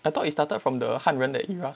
I thought it started from the 汉人 that era